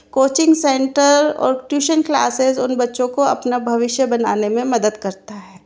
coaching centre और tuition classes उन बच्चों को अपना भविष्य बनाने में मदद करता है